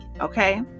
okay